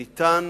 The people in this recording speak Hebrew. שניתן